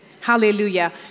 Hallelujah